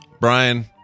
Brian